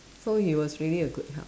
so he was really a good help